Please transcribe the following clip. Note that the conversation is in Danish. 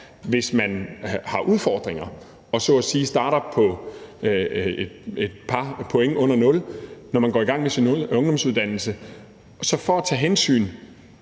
hvis man har udfordringer og så at sige starter på et par point under nul, når man går i gang med sin ungdomsuddannelse. Så for at tage hensyn